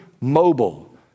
mobile